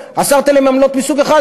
אסרתם עליהם עמלות מסוג אחד,